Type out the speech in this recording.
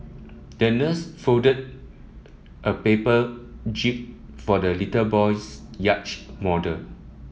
the nurse folded a paper jib for the little boy's yacht model